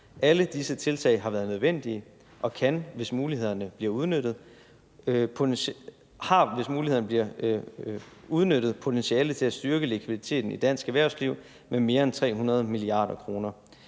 Alle disse tiltag har været nødvendige og har, hvis mulighederne bliver udnyttet, potentiale til at styrke likviditeten i dansk erhvervsliv med mere end 300 mia. kr.